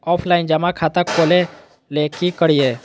Offline जमा खाता खोले ले की करिए?